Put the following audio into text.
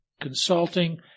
consulting